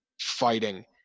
fighting